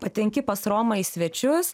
patenki pas romą į svečius